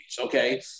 okay